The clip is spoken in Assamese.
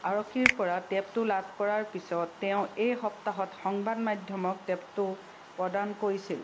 আৰক্ষীৰপৰা টেপটো লাভ কৰাৰ পিছত তেওঁ এই সপ্তাহত সংবাদ মাধ্যমক টেপটো প্ৰদান কৰিছিল